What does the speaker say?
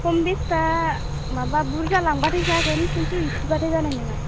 खम बेसा माबा बुरजा लांबाथाय जागोन खिन्थु इसेब्लाथाय जानाय नङा